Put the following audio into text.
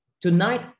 Tonight